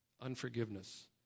unforgiveness